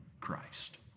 Christ